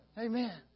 Amen